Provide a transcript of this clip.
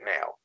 now